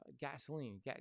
gasoline